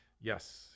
Yes